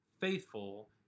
faithful